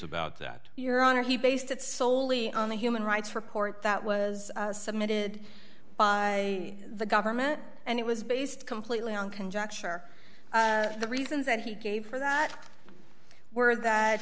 about that your honor he based it soley on the human rights report that was submitted by the government and it was based completely on conjecture the reasons that he gave for that words that